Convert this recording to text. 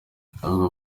avuga